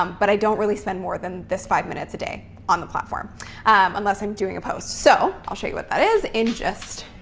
um but i don't really spend more than this five minutes a day on the platform unless i'm doing a post. so i'll show you what that is in just